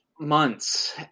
months